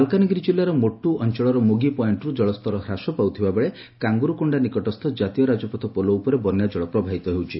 ମାଲକାନଗିରି କିଲ୍ଲାର ମୋଟୁ ଅଞ୍ଚଳର ମୁଗି ପଏକ୍କରୁ ଜଳସ୍ତର ହ୍ରାସ ପାଉଥିବାବେଳେ କାଙ୍ଗୁରୁକୋଷ୍ଡା ନିକଟସ୍ଥ ଜାତୀୟ ରାଜପଥ ପୋଲ ଉପରେ ବନ୍ୟାଜଳ ପ୍ରବାହିତ ହେଉଛି